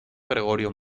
gregorio